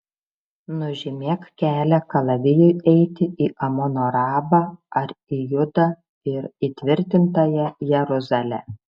nužymėk kelią kalavijui eiti į amono rabą ar į judą ir įtvirtintąją jeruzalę